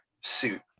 suit